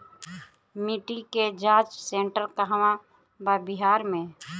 मिटी के जाच सेन्टर कहवा बा बिहार में?